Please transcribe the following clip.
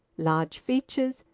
large features,